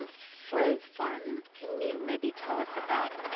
um for fun, can you maybe tell us about